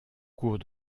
cours